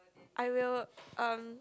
I will um